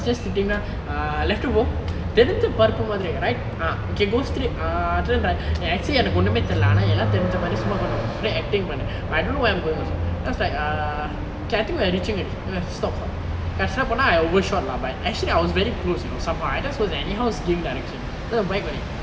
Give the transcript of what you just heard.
sitting there ah left uh போ தெரிஞ்ஜ பருப்பு மாதிரி:therinja paruppu mathiri right ah okay go straight err turn right eh actually எனக்கு ஒன்னுமே தெரில ஆனா எல்லாம் தெரிஞ்ஜ மாதிரி சும்மா கொஞ்ஜம் அப்டே:enakku onnume therila aana ellaam therinja maathiri summa konjam apde acting பண்ண:panna but I don't know where I'm going also then I was like err okay I think we are reaching already stop I overshot lah but actually I was very close you know somehow I just was anyhow giving direction